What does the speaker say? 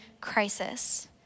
crisis